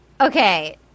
Okay